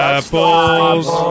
Apples